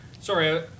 Sorry